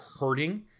hurting